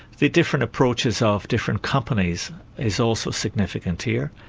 the different approaches of different companies is also significant here.